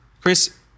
Chris